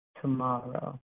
tomorrow